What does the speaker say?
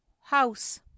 house